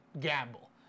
gamble